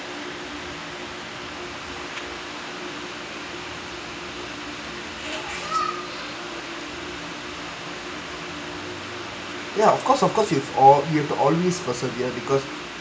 ya of course of course you've al~ you have to always persevere because